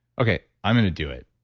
okay, i'm going to do it.